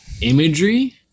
imagery